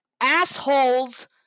assholes